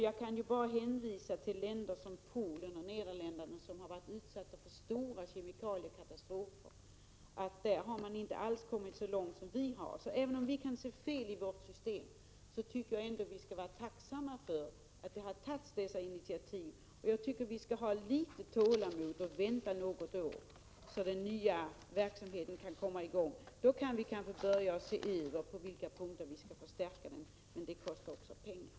Jag kan bara hänvisa till länder som Polen och Nederländerna, som har varit utsatta för stora kemikaliekatastrofer, men där man inte alls har kommit så långt som vi har gjort. Även om vi kan se fel i vårt system, tycker jag vi skall vara tacksamma för att dessa initiativ har tagits. Jag tycker vi skall ha litet tålamod och vänta något år så att den nya verksamheten kan komma i gång. Då kan vi kanske börja se över på vilka punkter den skall förstärkas. Men det kostar också pengar.